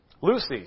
Lucy